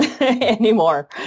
anymore